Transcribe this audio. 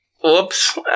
Whoops